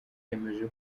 yemeje